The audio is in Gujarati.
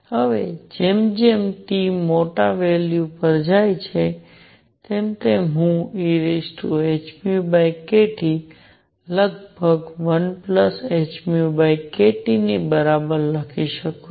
હવે જેમ જેમ T મોટા વેલ્યુ પર જાય છે તેમ તેમ હું ehνkT લગભગ 1hνkT ની બરાબર લખી શકું છું